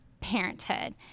parenthood